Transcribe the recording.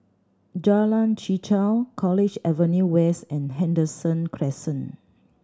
Jalan Chichau College Avenue West and Henderson Crescent